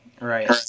Right